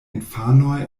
infanoj